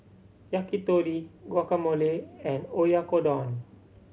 Yakitori Guacamole and Oyakodon